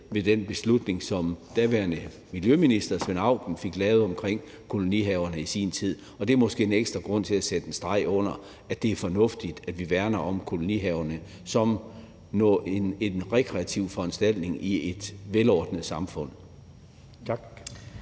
med den beslutning, som daværende miljøminister, Svend Auken, fik lavet omkring kolonihaverne i sin tid, og det er måske en ekstra grund til at sætte en streg under, at det er fornuftigt, at vi værner om kolonihaverne som en rekreativ foranstaltning i et velordnet samfund. Tak.